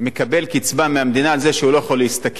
מקבל קצבה מהמדינה על זה שהוא לא יכול להשתכר,